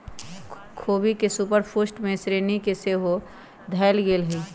ख़ोबी के super food के श्रेणी में सेहो धयल गेलइ ह